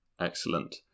Excellent